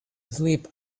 sleep